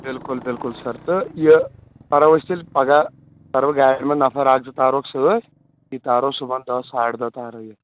بالکل بالکل سَر تہٕ یہِ تَرو أسۍ تیٚلہِ پگہہ تَرو گاڑِ منٛز نفر اکھ زٕ تار ووکھ سۭتۍ یہِ تارو صُبحن دہ ساڑٕ دہ تارو یہِ